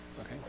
Okay